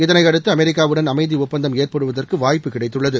இதளை அடுத்து அமெரிக்காவுடன் அமைதி ஒப்பந்தம் ஏற்படுவதற்கு வாய்ப்பு கிடைத்துள்ளது